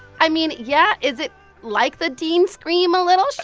i mean, yeah. is it like the dean scream a little? sure